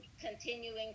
continuing